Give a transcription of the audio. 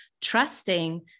trusting